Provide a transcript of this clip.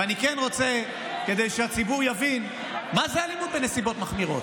ואני כן רוצה שהציבור יבין מהי אלימות בנסיבות מחמירות.